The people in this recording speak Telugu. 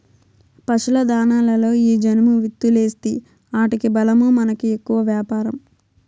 పశుల దాణాలలో ఈ జనుము విత్తూలేస్తీ ఆటికి బలమూ మనకి ఎక్కువ వ్యాపారం